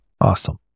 Awesome